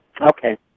Okay